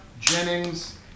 Jennings